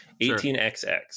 18XX